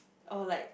orh like